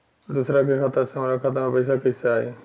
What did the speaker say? दूसरा के खाता से हमरा खाता में पैसा कैसे आई?